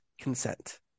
consent